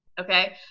Okay